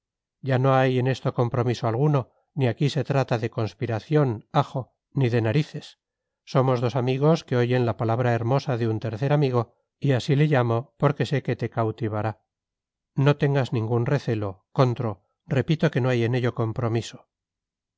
ya no hay en esto compromiso alguno ni aquí se trata de conspiración ajo ni de narices somos dos amigos que oyen la palabra hermosa de un tercer amigo y así le llamo porque sé que te cautivará no tengas ningún recelo contro repito que no hay en ello compromiso